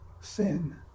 sin